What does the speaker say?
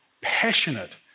passionate